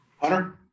Hunter